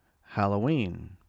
Halloween